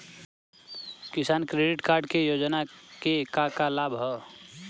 किसान credit card योजना के का का लाभ ह?